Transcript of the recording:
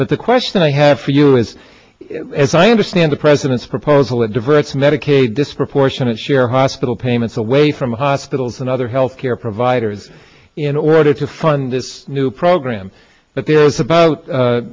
but the question i have for you is as i understand the president's proposal it diverts medicaid disproportionate share hospital payments away from hospitals and other health care providers in order to fund this new program but there is about